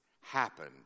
happen